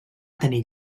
tenir